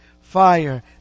fire